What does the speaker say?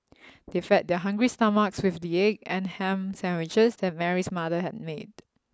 they fed their hungry stomachs with the egg and ham sandwiches that Mary's mother had made